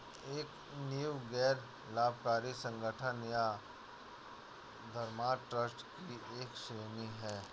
एक नींव गैर लाभकारी संगठन या धर्मार्थ ट्रस्ट की एक श्रेणी हैं